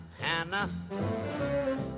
Hannah